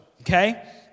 Okay